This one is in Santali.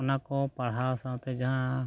ᱚᱱᱟ ᱠᱚ ᱯᱟᱲᱦᱟᱣ ᱥᱟᱶᱛᱮ ᱡᱟᱦᱟᱸ